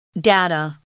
Data